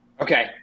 Okay